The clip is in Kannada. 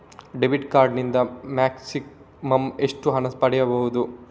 ಡೆಬಿಟ್ ಕಾರ್ಡ್ ನಿಂದ ಮ್ಯಾಕ್ಸಿಮಮ್ ಎಷ್ಟು ಹಣ ಪಡೆಯಬಹುದು?